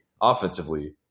offensively